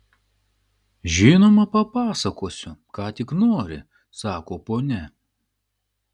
žinoma papasakosiu ką tik nori sako ponia